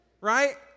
right